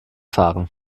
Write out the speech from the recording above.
fahren